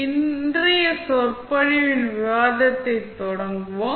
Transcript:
இன்றைய சொற்பொழிவின் விவாதத்தைத் தொடங்குவோம்